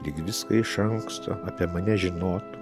lyg viską iš anksto apie mane žinot